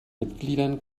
mitgliedern